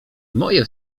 moje